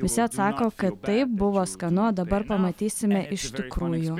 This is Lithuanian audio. visi atsako kad taip buvo skanu o dabar pamatysime iš tikrųjų